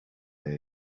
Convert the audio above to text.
here